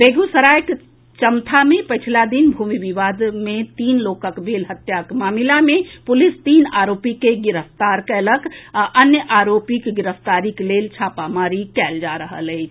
बेगूसरायक चमथा मे पछिला दिन भूमि विवाद मे तीन लोकक भेल हत्याक मामिला मे पुलिस तीन अरोपी के गिरफ्तार कयलक आ अन्य आरोपीक गिरफ्तारीक लेल छापामारी कयल जा रहल अछि